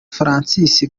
francis